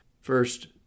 First